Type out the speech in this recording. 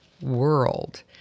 World